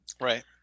right